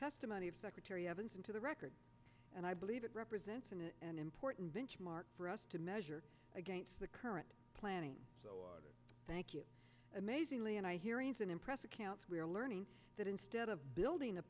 testimony of secretary evans into the record and i believe it represents an important benchmark for us to measure against the current planning thank you amazingly and i hear ian's an impressive counts we are learning that instead of building